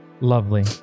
lovely